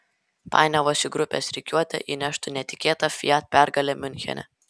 painiavos į grupės rikiuotę įneštų netikėta fiat pergalė miunchene